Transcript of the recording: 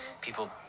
People